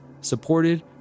supported